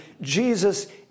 Jesus